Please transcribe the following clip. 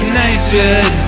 nature